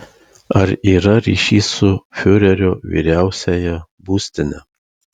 ar yra ryšys su fiurerio vyriausiąja būstine